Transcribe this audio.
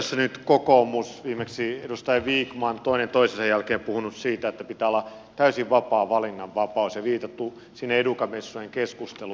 tässä nyt kokoomuksen edustajat viimeksi edustaja vikman toinen toisensa jälkeen ovat puhuneet siitä että pitää olla täysin vapaa valinnanvapaus ja on viitattu educa messujen keskusteluun